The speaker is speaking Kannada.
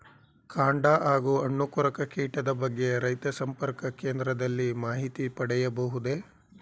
ಕಾಂಡ ಹಾಗೂ ಹಣ್ಣು ಕೊರಕ ಕೀಟದ ಬಗ್ಗೆ ರೈತ ಸಂಪರ್ಕ ಕೇಂದ್ರದಲ್ಲಿ ಮಾಹಿತಿ ಪಡೆಯಬಹುದೇ?